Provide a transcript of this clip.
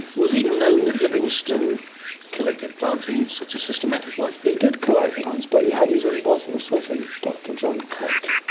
was it known that livingstone collected plants in such a systematic way? he did collect plants but he had his own botanist with him, dr john kirk,